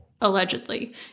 allegedly